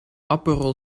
aprerol